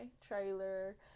trailer